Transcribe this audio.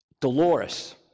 Dolores